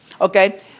Okay